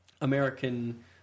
American